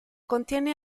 contiene